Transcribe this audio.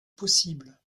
possibles